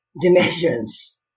dimensions